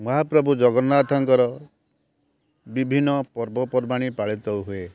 ମହାପ୍ରଭୁ ଜଗନ୍ନାଥଙ୍କର ବିଭିନ୍ନ ପର୍ବପର୍ବାଣି ପାଳିତ ହୁଏ